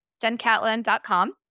JenCatlin.com